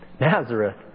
Nazareth